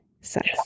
sucks